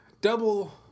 double